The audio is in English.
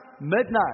midnight